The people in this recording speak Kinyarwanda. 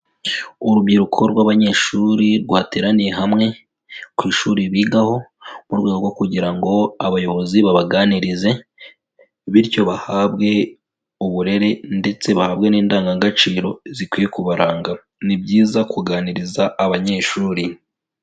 Urubyiruko rw'abanyeshuri rwateraniye hamwe ku ishuri bigaho, mu rwego rwo kugira ngo abayobozi babaganirize, bityo bahabwe uburere ndetse bahabwe n'indangagaciro zikwiye kubaranga. Ni byiza kuganiriza abanyeshuri.